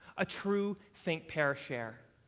a true think-pair-share.